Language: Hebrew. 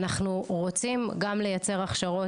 אנחנו רוצים גם לייצר הכשרות,